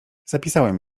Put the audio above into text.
zapisałem